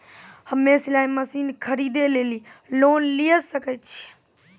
हम्मे सिलाई मसीन खरीदे लेली लोन लिये सकय छियै?